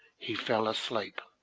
he fell asleep.